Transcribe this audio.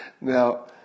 Now